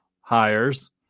hires